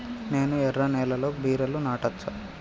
నేను ఎర్ర నేలలో బీరలు నాటచ్చా?